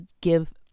give